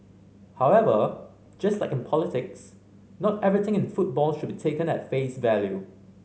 however just like in politics not everything in football should be taken at face value